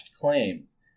claims